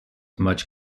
much